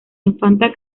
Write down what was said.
infanta